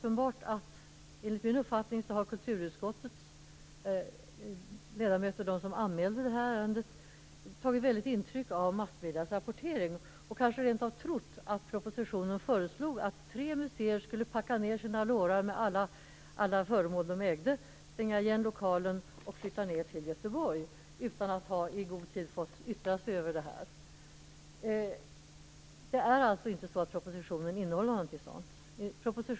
Enligt min uppfattning har kulturutskottets ledamöter - det var de som anmälde ärendet - tagit intryck av massmediernas rapportering. De trodde kanske rent av att det i propositionen föreslogs att tre museer skulle packa ner alla sina föremål i lårar, stänga lokalerna och flytta till Göteborg utan att i god tid ha fått yttra sig. Propositionen innehåller inte någonting sådant.